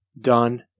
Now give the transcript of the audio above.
done